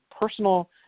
personal